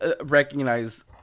recognize